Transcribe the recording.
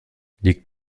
liegt